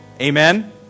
Amen